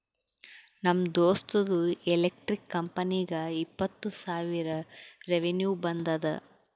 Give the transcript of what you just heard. ನಮ್ ದೋಸ್ತ್ದು ಎಲೆಕ್ಟ್ರಿಕ್ ಕಂಪನಿಗ ಇಪ್ಪತ್ತ್ ಸಾವಿರ ರೆವೆನ್ಯೂ ಬಂದುದ